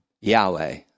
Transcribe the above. Yahweh